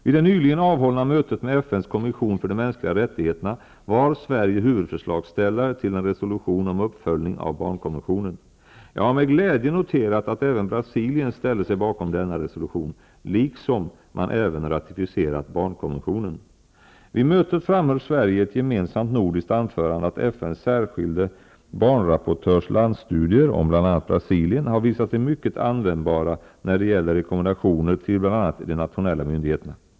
Vid det nyligen avhållna mö tet med FN:s kommission för de mänskliga rättigheterna var Sverige huvud förslagsställare till en resolution om uppföljning av barnkonventionen. Jag har med glädje noterat att även Brasilien ställde sig bakom denna resolution, liksom att man även ratificerat barnkonventionen. Vid mötet framhöll Sverige i ett gemensamt nordiskt anförande att FN:s sär skilde barnrapportörs landstudier om bl.a. Brasilien har visat sig mycket an vändbara när det gäller rekommendationer till bl.a. de nationella myndighe terna.